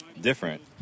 different